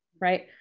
right